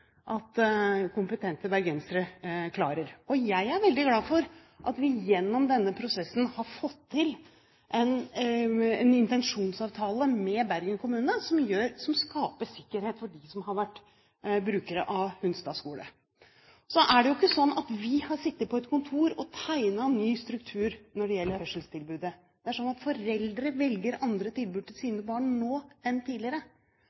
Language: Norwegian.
at kompetente bergensere klarer. Jeg er veldig glad for at vi gjennom denne prosessen har fått til en intensjonsavtale med Bergen kommune som skaper sikkerhet for dem som har vært brukere av Hunstad skole. Så er det jo ikke sånn at vi har sittet på et kontor og tegnet ny struktur når det gjelder hørselstilbudet. Det er sånn at foreldre velger andre tilbud til sine barn nå enn tidligere.